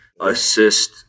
assist